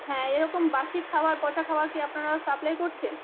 হ্যাঁ এরকম বাসি খাবার পচা খাবার কি আপনারা সাপ্লাই করছেন